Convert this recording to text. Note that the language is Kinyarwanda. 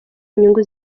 inyungu